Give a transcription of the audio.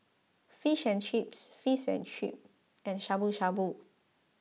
Fish and Chips Fish and Chip and Shabu Shabu